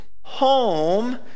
home